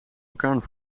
orkaan